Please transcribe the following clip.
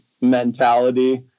mentality